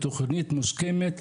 בתוכנית מוסכמת,